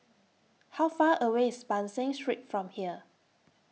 How Far away IS Ban San Street from here